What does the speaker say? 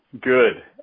good